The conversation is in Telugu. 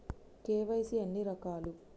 కే.వై.సీ ఎన్ని రకాలు?